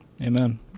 Amen